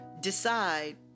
decide